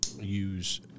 use